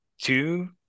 two